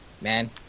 man